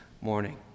morning